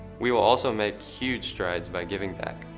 we will also make huge strides by giving back.